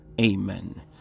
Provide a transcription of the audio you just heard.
amen